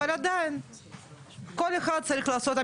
אבל עדיין כל אחד צריך לעשות,